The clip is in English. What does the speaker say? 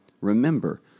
remember